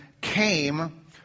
came